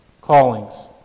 callings